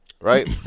Right